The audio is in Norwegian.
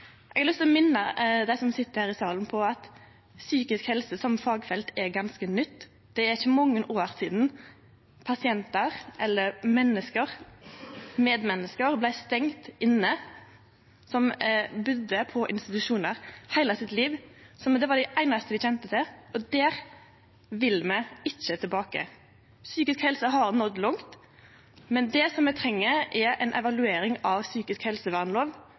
å minne dei som sit her i salen, på at psykisk helse som fagfelt er ganske nytt. Det er ikkje mange år sidan pasientar – eller menneske, medmenneske – blei stengde inne. Dei budde på institusjonar heile sitt liv, det var det einaste dei kjende til. Det vil me ikkje tilbake til. Ein har nådd langt innanfor psykisk helse, men det me treng, er ei evaluering av lov om psykisk